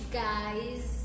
guys